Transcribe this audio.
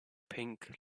pink